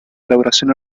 elaboración